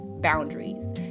boundaries